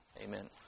Amen